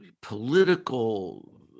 political